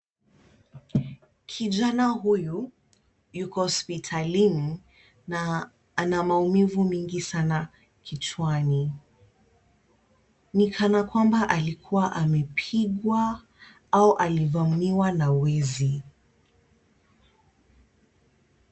Kijana huyu yuko hospitalini na ana maumivu mingi sana kichwani. Ni kana kwamba alikuwa amepigwa au alivamiwa na wezi.